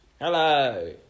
Hello